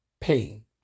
pain